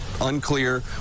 Unclear